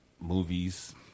movies